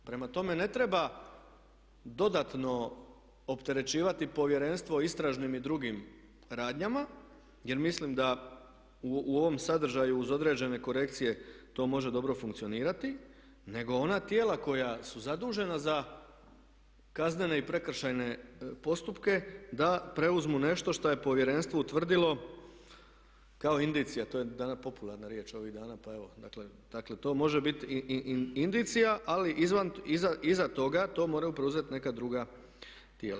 Prema tome, ne treba dodatno opterećivati Povjerenstvo o istražnim i drugim radnjama, jer mislim da u ovom sadržaju uz određene korekcije to može dobro funkcionirati, nego ona tijela koja su zadužena za kaznene i prekršajne postupke da preuzmu nešto što je Povjerenstvo utvrdilo kao indicija, to je danas popularna riječ ovih dana, pa evo dakle to može bit i indicija, ali iza toga to moraju preuzeti neka druga tijela.